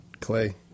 Clay